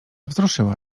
wzruszyła